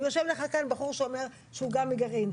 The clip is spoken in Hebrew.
יושב לך כאן בחור שאומר שהוא גם מגרעין.